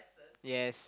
yes